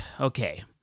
Okay